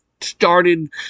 started